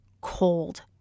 Cold